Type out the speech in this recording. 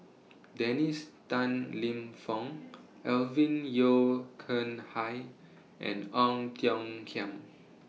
Dennis Tan Lip Fong Alvin Yeo Khirn Hai and Ong Tiong Khiam